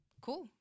cool